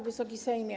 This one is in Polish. Wysoki Sejmie!